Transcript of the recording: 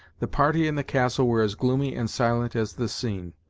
the party in the castle were as gloomy and silent as the scene.